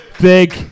big